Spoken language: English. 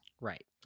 Right